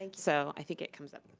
and so i think it comes up.